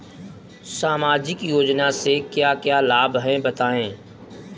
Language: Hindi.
सामाजिक योजना से क्या क्या लाभ हैं बताएँ?